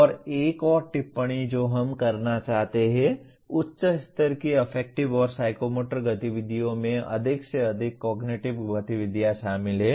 और एक और टिप्पणी जो हम करना चाहते हैं उच्च स्तर की अफेक्टिव और साइकोमोटर गतिविधियों में अधिक से अधिक कॉग्निटिव गतिविधियाँ शामिल हैं